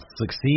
succeed